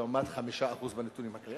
לעומת 5% בנתונים הקיימים.